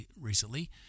recently